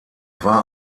war